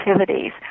activities